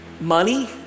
money